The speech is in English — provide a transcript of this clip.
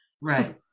right